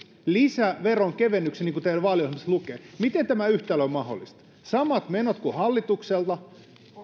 lisäveronkevennyksen niin kuin teidän vaaliohjelmassanne lukee miten tämä yhtälö on mahdollista samat menot kuin hallituksella